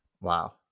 Wow